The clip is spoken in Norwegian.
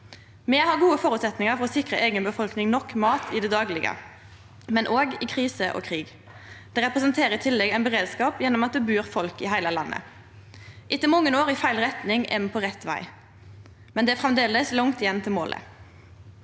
Me har gode føresetnader for å sikre eiga befolkning nok mat i det daglege, men òg i krise og krig. Det representerer i tillegg ein beredskap ved at det bur folk i heile landet. Etter mange år i feil retning er me på rett veg. Men det er framleis langt igjen til målet.